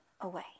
away